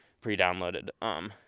pre-downloaded